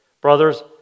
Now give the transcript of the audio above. Brothers